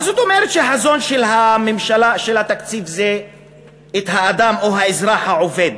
מה זאת אומרת שהחזון של התקציב זה האדם או האזרח העובד,